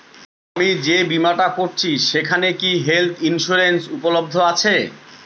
আমি যে বীমাটা করছি সেইখানে কি হেল্থ ইন্সুরেন্স উপলব্ধ আছে?